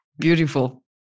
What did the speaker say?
beautiful